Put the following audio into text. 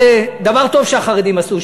זה דבר טוב שהחרדים עשו,